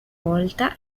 volta